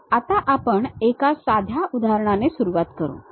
तर आता आपण एका साध्या उदाहरणाने सुरुवात करू